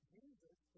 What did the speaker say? Jesus